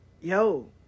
yo